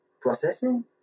processing